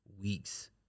Weeks